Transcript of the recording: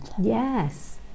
Yes